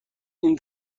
این